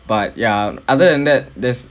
but ya other than that there's